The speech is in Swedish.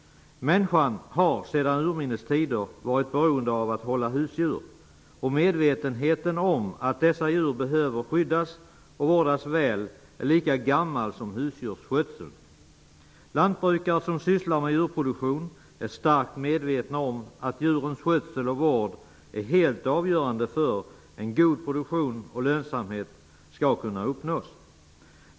Människan har sedan urminnes tider varit beroende av att hålla husdjur, och medvetenheten om att dessa djur behöver skyddas och vårdas väl är lika gammal som husdjursskötseln. Lantbrukare som sysslar med djurproduktion är starkt medvetna om att djurens skötsel och vård är avgörande för att god produktion och lönsamhet skall kunna uppnås.